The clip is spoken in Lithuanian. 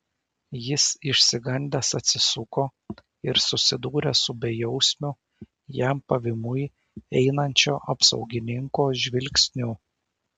jis išsigandęs atsisuko ir susidūrė su bejausmiu jam pavymui einančio apsaugininko žvilgsniu